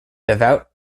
devout